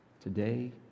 today